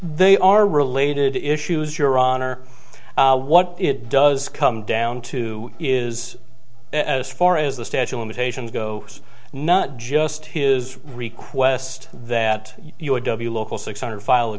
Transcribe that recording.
they are related issues your honor what it does come down to is as far as the statue of haitians go it's not just his request that you would be local six hundred file a